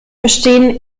bestehen